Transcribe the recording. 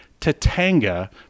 Tatanga